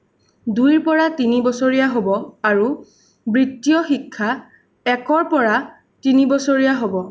দুইৰ পৰা তিনিবছৰীয়া হ'ব আৰু বৃত্তীয় শিক্ষা একৰ পৰা তিনিবছৰীয়া হ'ব